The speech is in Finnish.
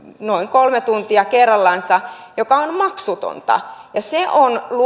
noin kolme tuntia kerrallansa ja se on maksutonta ja se on